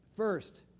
first